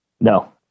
no